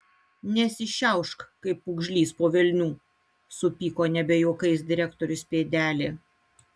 nesišiaušk kaip pūgžlys po velnių supyko nebe juokais direktorius pėdelė